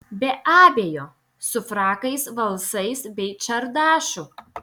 be abejo su frakais valsais bei čardašu